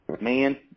man